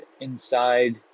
inside